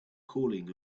cooling